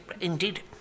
indeed